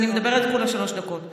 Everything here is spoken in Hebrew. אני מדברת כולה שלוש דקות.